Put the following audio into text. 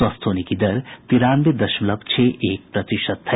स्वस्थ होने की दर तिरानवे दशमलव छह एक प्रतिशत है